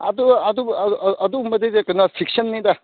ꯑꯗꯨꯒꯨꯝꯕꯗꯤ ꯀꯩꯅꯣ ꯐꯤꯛꯁꯟꯅꯤꯗ